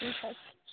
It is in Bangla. ঠিক আছে